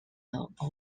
over